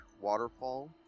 waterfall